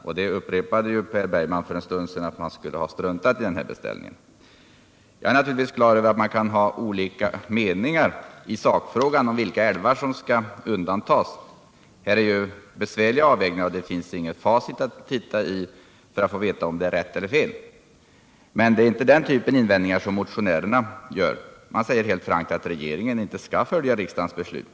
Per Bergman upprepade för en stund sedan att regeringen skulle ha struntat i den här beställningen. Jag är naturligtvis klar över att man kan ha olika meningar i sakfrågan om vilka älvar som skall undantas — här är det besvärliga avvägningar och det finns inget facit att titta i för att få veta vad som är rätt eller fel. Men det är inte den typen invändningar som motionärerna gör — Nr 52 de säger helt frankt att regeringen inte skall följa riksdagens beslut.